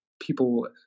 people